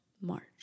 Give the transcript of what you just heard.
March